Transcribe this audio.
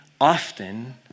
often